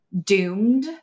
doomed